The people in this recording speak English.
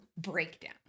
Breakdown